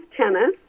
tennis